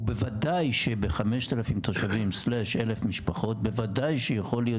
ובוודאי שב-5,000 תושבים/1,000 משפחות בוודאי שיכול להיות